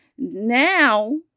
Now